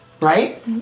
Right